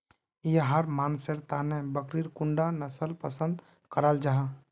याहर मानसेर तने बकरीर कुंडा नसल पसंद कराल जाहा?